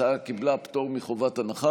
ההצעה קיבלה פטור מחובת הנחה.